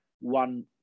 one